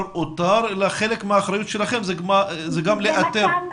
אותר אלא חלק מהאחריות שלכם זה גם לאתר.